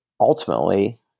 ultimately